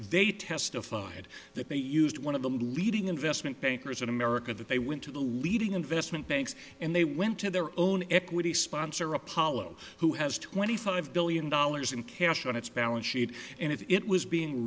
they testified that they used one of the leading investment bankers in america that they went to the leading investment banks and they went to their own equity sponsor apollo who has twenty five billion dollars in cash on its balance sheet and if it was being